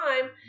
time